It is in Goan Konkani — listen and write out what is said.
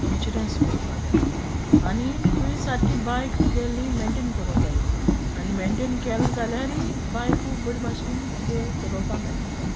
इन्शुरन्स भोरपा जाये आनी तुये सारकी बायक तुगेली मेटेंन करूंक जायी आनी मेटेंन केले जाल्यारी बायकू बरी बाशेन तुगे चोलोपा मेयटा तुका